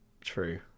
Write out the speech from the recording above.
true